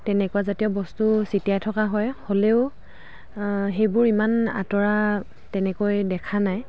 তেনেকুৱা জাতীয় বস্তু ছিটিয়াই থকা হয় হ'লেও সেইবোৰ ইমান আঁতৰা তেনেকৈ দেখা নাই